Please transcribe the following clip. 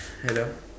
hello